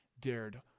dared